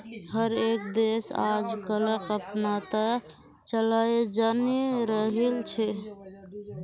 हर एक देश आजकलक अपनाता चलयें जन्य रहिल छे